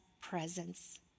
presence